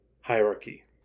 hierarchy